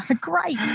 Great